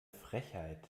frechheit